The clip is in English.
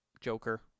joker